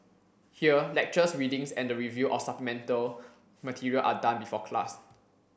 here lectures readings and the review of supplemental material are done before class